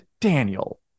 Daniel